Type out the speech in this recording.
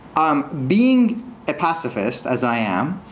um being a pacifist, as i am,